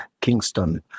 Kingston